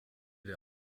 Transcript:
der